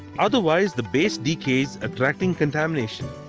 otherwise, the base decays attracting contamination.